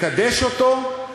מקדש אותו,